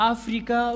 Africa